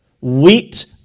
Wheat